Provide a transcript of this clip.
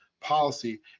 policy